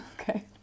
okay